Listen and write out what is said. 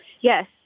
Yes